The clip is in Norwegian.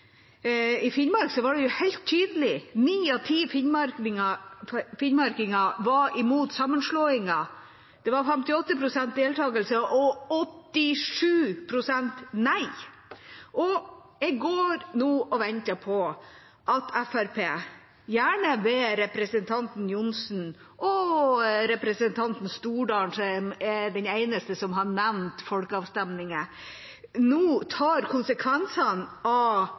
I Finnmark var det helt tydelig: Ni av ti finnmarkinger var imot sammenslåingen. Det var 58 pst. deltakelse, og 87 pst. stemte imot. Jeg går nå og venter på at Fremskrittspartiet, gjerne ved representantene Johnsen og Stordalen, som er de eneste som har nevnt folkeavstemninger, nå tar konsekvensen av